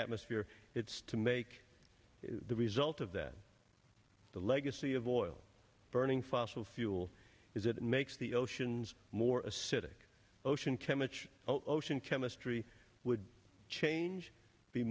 atmosphere it's to make the result of that the legacy of oil burning fossil fuel is that it makes the oceans more acidic ocean chemistry ocean chemistry would change be